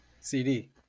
CD